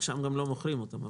שם לא מוכרים אותן.